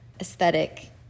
aesthetic